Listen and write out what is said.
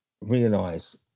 realize